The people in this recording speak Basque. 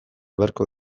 beharko